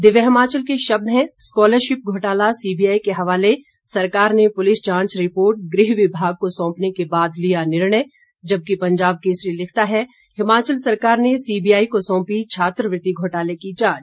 दिव्य हिमाचल के शब्द हैं स्कॉलरशिप घोटाला सीबीआई के हवाले सरकार ने पुलिस जांच रिपोर्ट गृह विभाग को सौंपने के बाद लिया निर्णय जबकि पंजाब केसरी लिखता है हिमाचल सरकार ने सीबीआई को सौंपी छात्रवृत्ति घोटाले की जांच